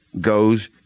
goes